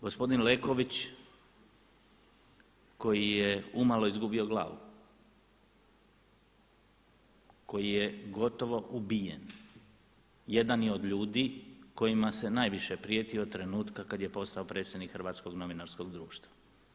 Gospodin Leković koji je umalo izgubio glavu, koji je gotovo ubijen jedan je od ljudi kojima se najviše prijeti od trenutka kad je postao predsjednik Hrvatskog novinarskog društva.